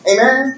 Amen